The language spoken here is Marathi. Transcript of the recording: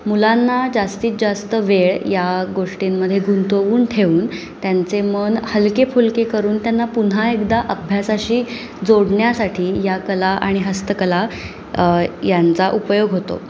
मुलांना जास्तीत जास्त वेळ या गोष्टींमध्ये गुंतवून ठेवून त्यांचे मन हलकेफुलके करून त्यांना पुन्हा एकदा अभ्यासाशी जोडण्यासाठी या कला आणि हस्तकला यांचा उपयोग होतो